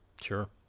sure